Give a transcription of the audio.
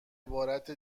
عبارت